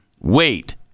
wait